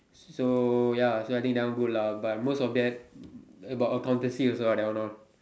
so ya so I think that one good lah but most of that about accountancy also ah that one all